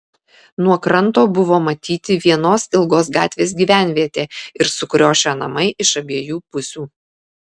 nuo kranto buvo matyti vienos ilgos gatvės gyvenvietė ir sukriošę namai iš abiejų pusių